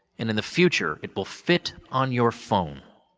and in the future it will fit on your phone.